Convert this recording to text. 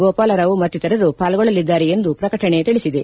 ಗೋಪಾಲರಾವ್ ಮತ್ತಿತರರು ಪಾಲ್ಗೊಳ್ಳಲಿದ್ದಾರೆ ಎಂದು ಪ್ರಕಟಣೆ ತಿಳಿಸಿದೆ